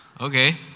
Okay